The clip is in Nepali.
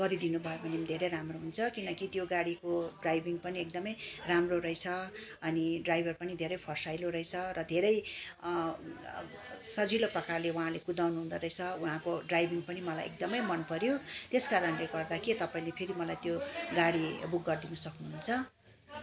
गरिदिनु भयो भने धेरै राम्रो हुन्छ किनकि त्यो गाडीको ड्राइभिङ पनि एकदमै राम्रो रहेछ अनि ड्राइभर पनि धेरै फर्साइलो रहेछ र धेरै सजिलो प्रकारले उहाँले कुदाउनु हुँदोरहेछ उहाँको ड्राइभिङ पनि मलाई एकदमै मनपऱ्यो त्यस कारणले गर्दा के तपाईँले फेरि मलाई त्यो गाडी बुक गरिदिनु सक्नुहुन्छ